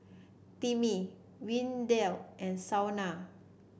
Timmy Windell and Shaunna